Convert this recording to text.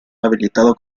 habilitado